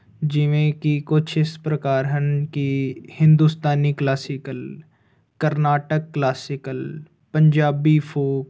ਜਿਵੇਂ ਕਿ ਕੁਝ ਇਸ ਪ੍ਰਕਾਰ ਹਨ ਕਿ Hindustani classical Carnatic classical Punjabi folk